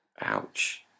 Ouch